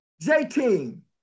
J-Team